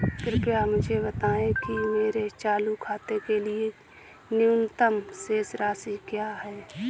कृपया मुझे बताएं कि मेरे चालू खाते के लिए न्यूनतम शेष राशि क्या है?